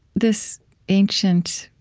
this ancient,